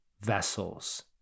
vessels